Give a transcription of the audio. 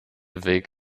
weg